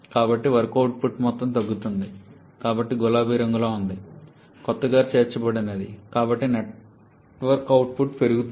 కాబట్టి work output మొత్తం తగ్గుతుంది కానీ గులాబీ రంగులో ఉన్నది కొత్తగా చేర్చబడినది కాబట్టి నెట్వర్క్ అవుట్పుట్ పెరుగుతుంది